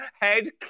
head